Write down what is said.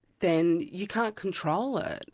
then you can't control it,